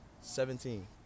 Seventeen